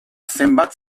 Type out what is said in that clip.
zenbat